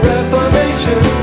Reformation